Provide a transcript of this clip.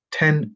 ten